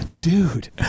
dude